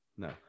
No